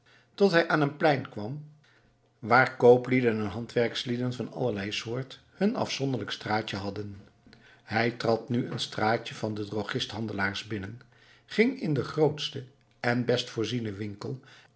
tot hij aan een plein kwam waar kooplieden en handwerkslieden van allerlei soort hun afzonderlijk straatje hadden hij trad nu het straatje van de drogistenhandelaars binnen ging in den grootsten en best voorzienen winkel